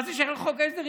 מה זה קשור לחוק ההסדרים?